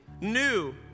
new